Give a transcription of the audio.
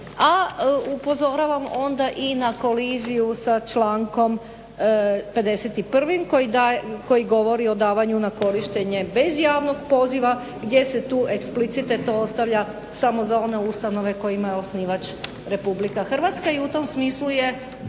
A upozoravam onda i na koliziju sa člankom 51. koji govori o davanju na korištenje bez javnog poziva gdje se tu eksplicite to ostavlja samo za one ustanove kojima je osnivač RH. I u tom smislu je